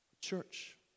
Church